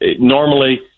Normally